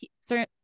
certain